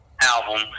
album